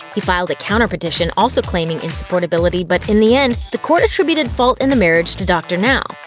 he filed a counter petition, also claiming insupportability, but in the end, the court attributed fault in the marriage to dr. now.